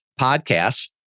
podcasts